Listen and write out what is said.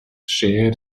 share